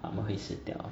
他们会死掉